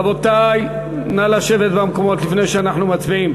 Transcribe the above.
רבותי, נא לשבת במקומות לפני שאנחנו מצביעים.